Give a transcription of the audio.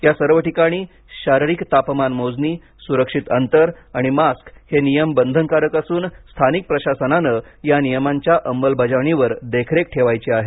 या सर्व ठिकाणी शारीरिक तापमानमोजणी सुरक्षित अंतर आणि मास्क हे नियम बंधनकारक असून स्थानिक प्रशासनानं या नियमांच्या अंमलबजावणीवर देखरेख ठेवायची आहे